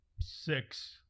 Six